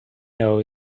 know